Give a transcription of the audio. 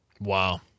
Wow